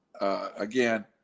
Again